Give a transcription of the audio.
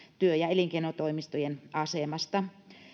työ ja elinkeinotoimistojen asemasta